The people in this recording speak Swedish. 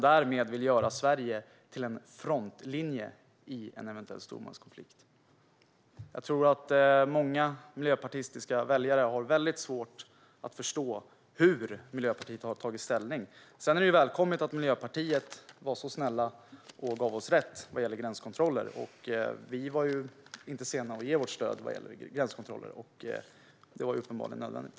Därmed vill man göra Sverige till en frontlinje i en sådan konflikt. Jag tror att många miljöpartistiska väljare har väldigt svårt att förstå hur Miljöpartiet har tagit ställning. Sedan är det välkommet att Miljöpartiet var så snälla och gav oss rätt vad gäller gränskontroller. Vi var ju inte sena att ge vårt stöd i den frågan, och det var uppenbarligen nödvändigt.